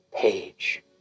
page